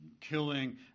killing